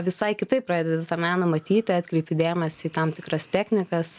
visai kitaip pradedi tą meną matyti atkreipi dėmesį į tam tikras teknikas